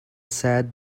sad